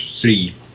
three